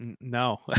No